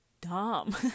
dumb